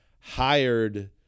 hired